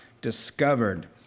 discovered